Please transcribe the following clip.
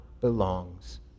belongs